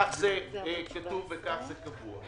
כך זה כתוב וכך זה קבוע.